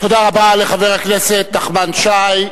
תודה רבה לחבר הכנסת נחמן שי.